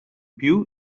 più